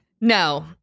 no